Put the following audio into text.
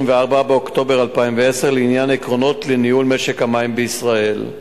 באוקטובר 2010 לעניין עקרונות לניהול משק המים בישראל.